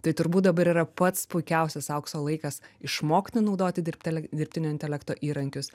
tai turbūt dabar yra pats puikiausias aukso laikas išmokti naudoti dirbtele dirbtinio intelekto įrankius